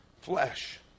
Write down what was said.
flesh